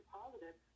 positive